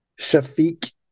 Shafiq